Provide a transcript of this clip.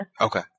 okay